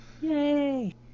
Yay